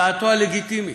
דעתו הלגיטימית.